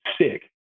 sick